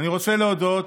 אני רוצה להודות